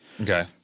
Okay